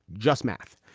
just math.